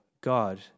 God